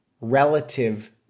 relative